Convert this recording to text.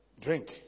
Drink